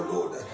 Lord